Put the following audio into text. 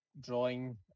drawing